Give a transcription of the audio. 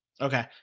Okay